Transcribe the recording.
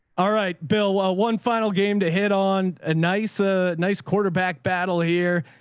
alright, bill. ah a one final game to hit on a nice, a nice quarterback battle here.